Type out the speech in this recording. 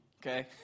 okay